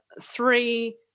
three